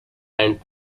and